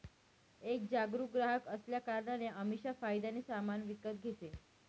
एक जागरूक ग्राहक असल्या कारणाने अमीषा फायद्याने सामान विकत घेते